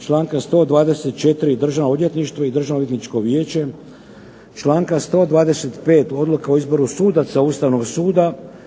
Članka 124. Državno odvjetništvo i Državno odvjetničko vijeće. Članka 125. odluka o izboru sudaca Ustavnog suda